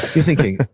you're thinking,